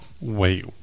Wait